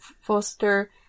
foster